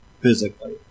physically